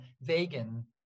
vegan